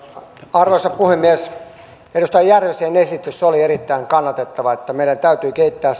arvoisa puhemies edustaja järvisen esitys oli erittäin kannatettava että meidän täytyy kehittää